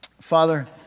Father